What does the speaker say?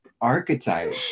archetype